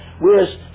Whereas